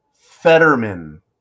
Fetterman